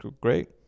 great